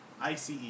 ice